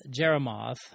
Jeremoth